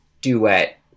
duet